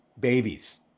babies